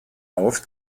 auf